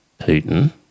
Putin